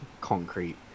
concrete